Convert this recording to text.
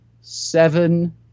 seven